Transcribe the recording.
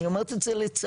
אני אומרת את זה לצערי,